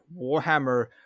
warhammer